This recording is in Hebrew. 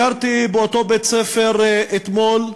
ביקרתי באותו בית-ספר אתמול,